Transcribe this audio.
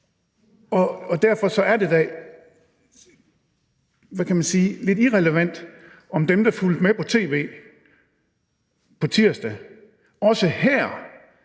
da – hvad kan man sige – lidt irrelevant, om dem, der følger med på tv på tirsdag, også her